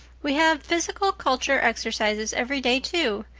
we have physical culture exercises every day, too.